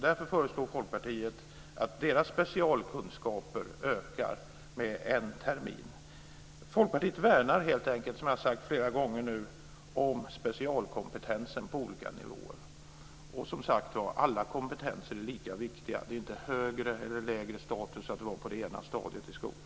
Därför föreslår Folkpartiet att utbildningen för dessa lärare förlängs med en termin, så att specialkunskaperna ökar. Folkpartiet värnar helt enkelt om, som jag har sagt flera gånger nu, specialkompetensen på olika nivåer. Och alla kompetenser är lika viktiga. Det är inte högre eller lägre status att vara på det ena eller andra stadiet i skolan.